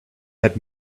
had